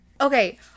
Okay